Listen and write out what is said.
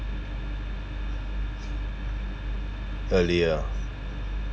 earlier ah